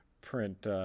print